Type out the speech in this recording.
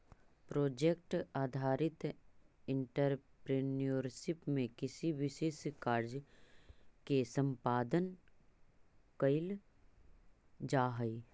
project आधारित entrepreneurship में किसी विशेष कार्य के संपादन कईल जाऽ हई